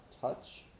touch